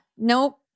nope